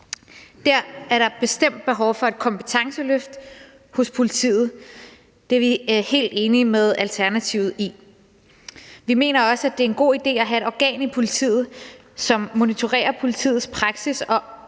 Dér er der bestemt behov for et kompetenceløft hos politiet – det er vi helt enige med Alternativet om. Vi mener også, at det er en god idé at have et organ i politiet, som monitorerer politiets praksis og